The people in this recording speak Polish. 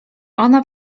ona